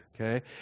okay